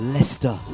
Leicester